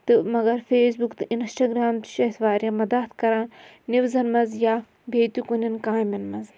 تہٕ مگر Facebook تہٕ اِنَسٹاگرٛام تہِ چھِ اَسہِ واریاہ مَدد کَران نِوزَن منٛز یا بیٚیہِ تہِ کُنٮ۪ن کامٮ۪ن منٛز